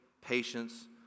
patience